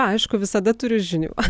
aišku visada turiu žinių